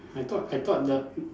I thought I thought the